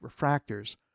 refractors